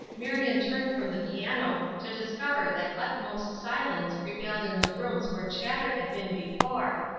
marion turned from the piano to discover that utmost silence prevailed in the rooms where chatter had been before,